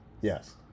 Yes